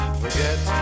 forget